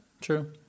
true